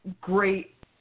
great